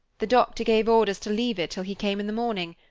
the doctor gave orders to leave it till he came in the morning,